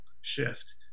shift